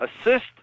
assist